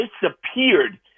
disappeared